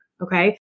Okay